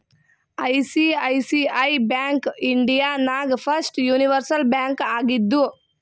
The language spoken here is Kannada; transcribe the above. ಐ.ಸಿ.ಐ.ಸಿ.ಐ ಬ್ಯಾಂಕ್ ಇಂಡಿಯಾ ನಾಗ್ ಫಸ್ಟ್ ಯೂನಿವರ್ಸಲ್ ಬ್ಯಾಂಕ್ ಆಗಿದ್ದು